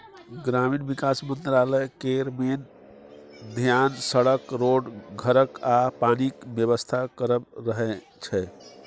ग्रामीण बिकास मंत्रालय केर मेन धेआन सड़क, रोड, घरक आ पानिक बेबस्था करब रहय छै